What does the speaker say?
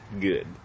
good